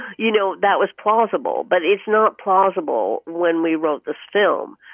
you know, that was plausible. but it's not plausible when we wrote the film.